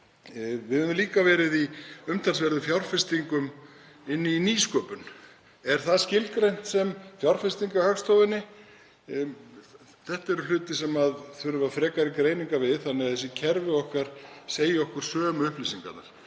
Við höfum líka verið í umtalsverðum fjárfestingum í nýsköpun. Er það skilgreint sem fjárfesting af Hagstofunni? Þetta eru hlutir sem þurfa frekari greiningar við þannig að þessi kerfi okkar veiti okkur sömu upplýsingarnar.